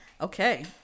Okay